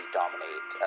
dominate